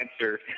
answer